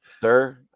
sir